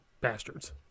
Bastards